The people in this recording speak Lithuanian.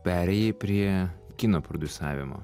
perėjai prie kino prodiusavimo